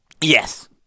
Yes